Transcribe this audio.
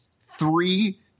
three